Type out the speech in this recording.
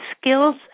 skills